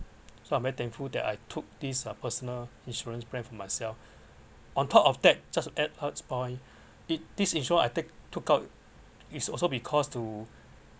so I'm very thankful that I took these uh personal insurance plan for myself on top of that just add one point this insurance I take took out is also because to